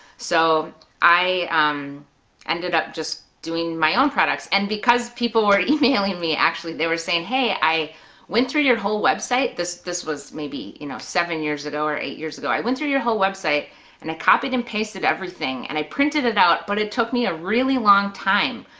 so i um ended up just doing my own products, and because people were emailing me actually, they were saying hey, i went through your whole website, this this was maybe you know seven years ago or eight years ago, i went through your whole website and i copied and pasted everything and i printed it out, but it took me a really long time.